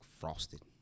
frosted